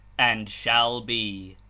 and shall be.